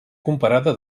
comparada